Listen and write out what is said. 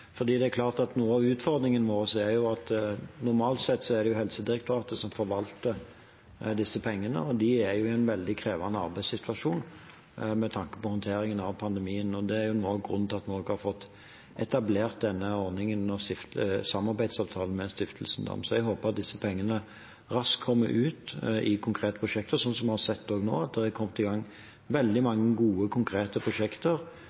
Det er klart at noe av utfordringen vår er at det normalt sett er Helsedirektoratet som forvalter disse pengene, og de er i en veldig krevende arbeidssituasjon med tanke på håndteringen av pandemien. Det er noe av grunnen til at vi også har fått etablert denne ordningen og samarbeidsavtalen med Stiftelsen Dam. Jeg håper disse pengene raskt kommer ut i konkrete prosjekter, sånn vi har sett også nå, at det har kommet i gang veldig mange gode, konkrete prosjekter